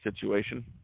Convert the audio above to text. situation